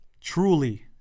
truly